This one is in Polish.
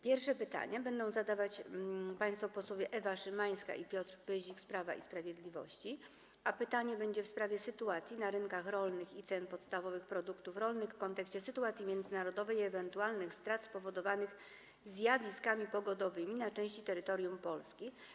Pierwsze pytanie będą zadawać państwo posłowie Ewa Szymańska i Piotr Pyzik z Prawa i Sprawiedliwości, pytanie w sprawie sytuacji na rynkach rolnych i cen podstawowych produktów rolnych w kontekście sytuacji międzynarodowej i ewentualnych strat spowodowanych zjawiskami pogodowymi na części terytorium Polski.